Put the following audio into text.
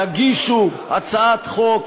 תגישו הצעת חוק,